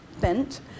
bent